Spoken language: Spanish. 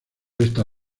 esta